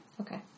Okay